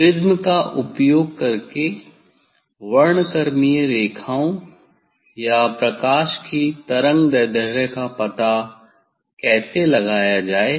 prism का उपयोग करके वर्णक्रमीय रेखाओं या प्रकाश की तरंगदैर्ध्य का पता कैसे लगाया जाए